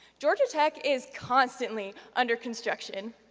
georgia tech is constantly under construction.